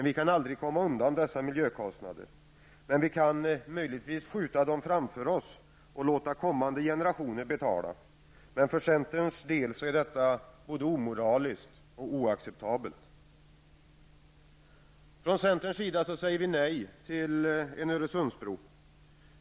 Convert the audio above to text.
Vi kan aldrig komma undan dessa miljökostnader, men vi kan möjligtvis skjuta dem framför oss och låta kommande generationer betala. För centerns del är detta omoraliskt och oacceptabelt. Från centerns sida säger vi nej till en Öresundsbro.